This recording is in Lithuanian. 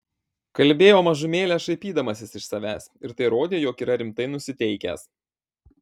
kalbėjo mažumėlę šaipydamasis iš savęs ir tai rodė jog yra rimtai nusiteikęs